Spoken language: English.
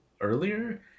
earlier